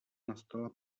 nastala